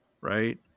right